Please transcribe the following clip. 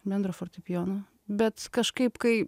bendro fortepijono bet kažkaip kai